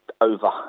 over